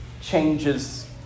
changes